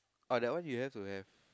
uh that one you have to have